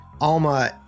Alma